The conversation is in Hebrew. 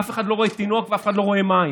אף אחד לא רואה תינוק ואף אחד לא רואה מים.